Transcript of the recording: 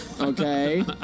Okay